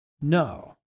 No